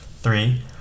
Three